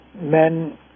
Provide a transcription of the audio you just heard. men